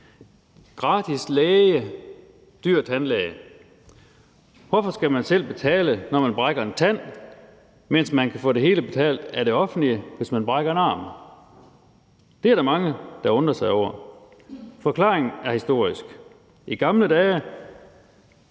gratis læge, men dyr tandlæge. Hvorfor skal man selv betale, når man brækker en tand, mens man kan få det hele betalt af det offentlige, hvis man brækker en arm? Det er der mange der undrer sig over. Forklaringen er historisk. I gamle dage